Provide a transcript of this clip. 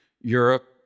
Europe